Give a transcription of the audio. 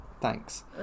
Thanks